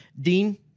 Dean